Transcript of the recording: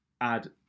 add